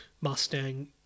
Mustang